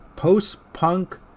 Post-Punk